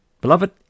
Beloved